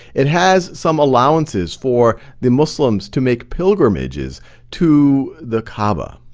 it has some allowances for the muslims to make pilgrimages to the kaaba.